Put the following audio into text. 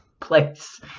place